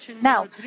Now